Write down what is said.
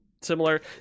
similar